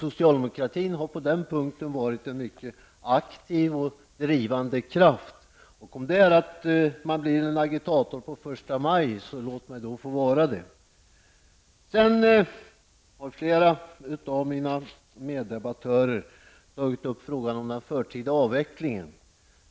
Socialdemokratin har på den punkten varit en mycket aktiv och drivande kraft. Om det är att bli en agitator på förstamaj -- låt mig då få vara det. Flera av mina meddebattörer har tagit upp frågan om den förtida avvecklingen.